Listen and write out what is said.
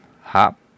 Hop